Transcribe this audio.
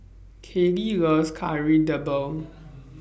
Kallie loves Kari Debal